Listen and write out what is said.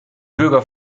bürger